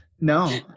No